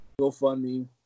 GoFundMe